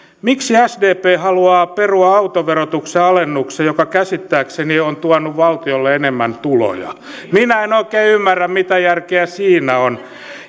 miksi sdp haluaa perua autoverotuksen alennuksen joka käsittääkseni on tuonut valtiolle enemmän tuloja minä en oikein ymmärrä mitä järkeä siinä on